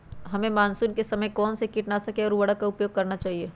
हमें मानसून के समय कौन से किटनाशक या उर्वरक का उपयोग करना चाहिए?